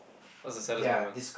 what's the saddest moment